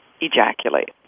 ejaculate